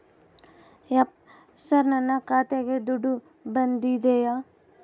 ಯಪ್ಪ ಸರ್ ನನ್ನ ಖಾತೆಗೆ ದುಡ್ಡು ಬಂದಿದೆಯ?